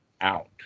out